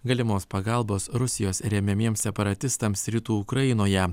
galimos pagalbos rusijos remiamiems separatistams rytų ukrainoje